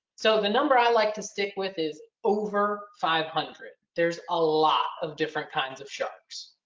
so the number i like to stick with is over five hundred. there's a lot of different kinds of sharks.